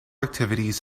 activities